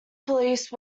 police